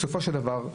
בסופו של דבר,